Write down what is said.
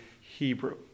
Hebrew